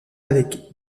avec